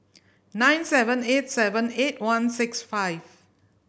nine seven eight seven eight one six five